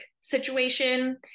situation